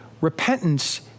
Repentance